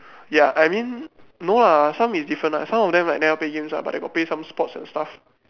ya I mean no lah some is different lah some of them like never play games [one] but they got play some sports and stuff